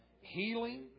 healing